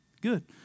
good